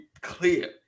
clear